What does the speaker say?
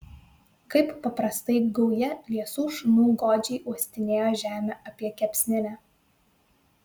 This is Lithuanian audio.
kaip paprastai gauja liesų šunų godžiai uostinėjo žemę apie kepsninę